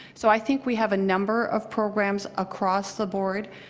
so i think we have a number of programs across the board.